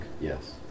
Yes